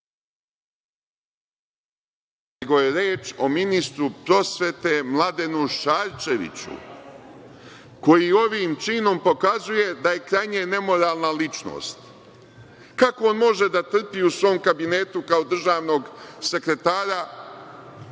je reč o ministru prosvete Mladenu Šarčeviću, koji ovim činom pokazuje da je krajnje nemoralna ličnost. Kako on može da trpi u svom kabinetu kao državnog sekretara